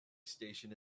station